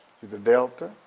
she's a delta,